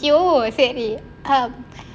!aiyo! சரி:sari um